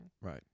Right